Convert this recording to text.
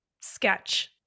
sketch